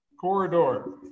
corridor